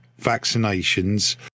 vaccinations